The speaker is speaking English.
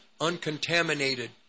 uncontaminated